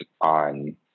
on